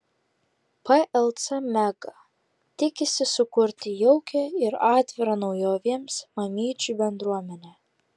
plc mega tikisi sukurti jaukią ir atvirą naujovėms mamyčių bendruomenę